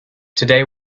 today